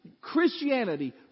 Christianity